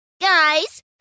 Guys